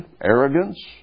arrogance